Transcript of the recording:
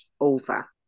over